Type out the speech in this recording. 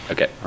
Okay